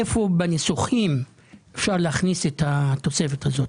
איפה בניסוחים אפשר להכניס את התוספת הזאת?